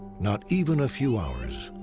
not even a few hours.